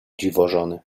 dziwożony